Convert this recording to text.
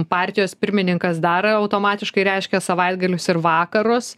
partijos pirmininkas dar automatiškai reiškia savaitgalius ir vakarus